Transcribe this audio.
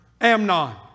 Amnon